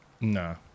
No